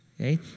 Okay